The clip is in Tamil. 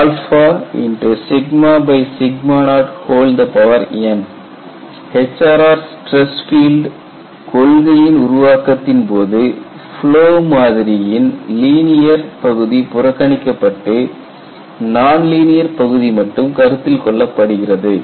000n HRR ஸ்டிரஸ் பீல்டு கொள்கையின் உருவாக்கத்தின் போது ஃப்லோ மாதிரியின் லீனியர் பகுதி புறக்கணிக்கப்பட்டு நான்லீனியர் பகுதி மட்டும் கருத்தில் கொள்ளப்படுகிறது